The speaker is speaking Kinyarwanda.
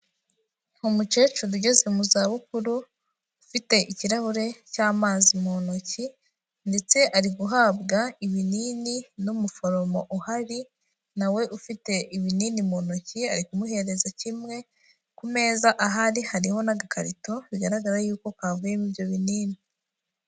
Umukecuru ugeze mu zabukuru, ufite ikirahure cy'amazi mu ntoki, ndetse ari guhabwa ibinini n'umuforomo uhari nawe ufite ibinini mu ntoki, ari kumuhereza kimwe, ku meza ahari hariho n'agakarito, bigaragara yuko kavuyemo ibyo binini.